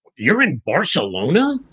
you're in barcelona?